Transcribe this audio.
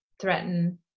threaten